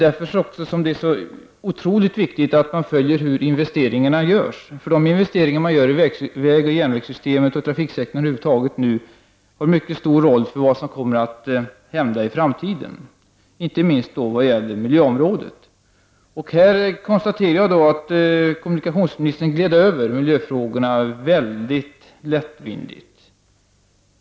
Därför är det otroligt viktigt att man följer upp hur investeringarna görs. De investeringar som nu görs i vägoch järnvägssystemen samt inom trafiksektorn över huvud taget spelar en mycket stor roll för det som kommer att hända i framtiden, inte minst på miljöområdet. Här konstaterar jag att kommunikationsministern gled över miljöfrågorna mycket lättvindigt.